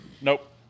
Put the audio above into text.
Nope